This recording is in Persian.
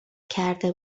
کرده